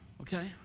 Okay